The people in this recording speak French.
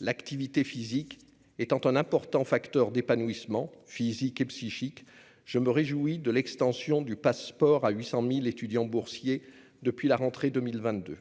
L'activité physique étant un important facteur d'épanouissement physique et psychique, je me réjouis de l'extension du Pass'Sport à 800 000 étudiants boursiers depuis la rentrée 2022.